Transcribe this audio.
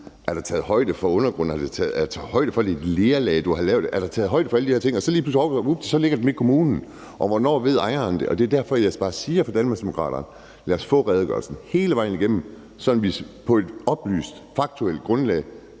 er der da taget højde for undergrunden? Er der taget højde for, at det er et lerlag der, hvor man har lavet det? Er der taget højde for alle de her ting? Og lige pludselig, vupti, ligger det ved kommunen – og hvornår ved ejeren det? Det er derfor, jeg for Danmarksdemokraterne bare siger: Lad os få redegørelsen, hele vejen igennem, sådan at vi på et oplyst, faktuelt grundlag